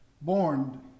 born